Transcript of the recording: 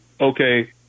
Okay